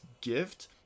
gift